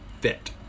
fit